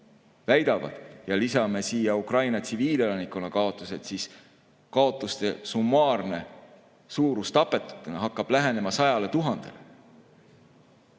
väidavad, ja lisame siia Ukraina tsiviilelanikkonna kaotused, siis kaotuste summaarne suurus tapetutena hakkab lähenema 100 000 inimesele.